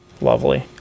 lovely